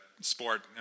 sport